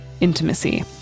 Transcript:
intimacy